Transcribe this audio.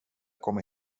kommer